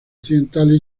occidentales